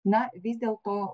na vis dėlto